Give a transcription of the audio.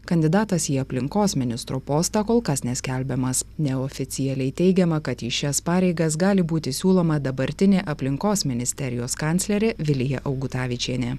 kandidatas į aplinkos ministro postą kol kas neskelbiamas neoficialiai teigiama kad į šias pareigas gali būti siūloma dabartinė aplinkos ministerijos kanclerė vilija augutavičienė